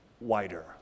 wider